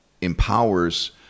empowers